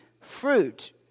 fruit